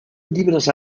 llibres